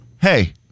Hey